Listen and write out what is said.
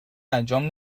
انجام